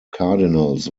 cardinals